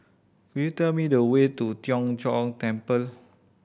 you tell me the way to Tien Chor Temple